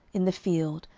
in the field,